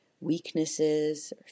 weaknesses